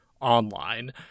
online